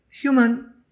Human